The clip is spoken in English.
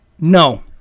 No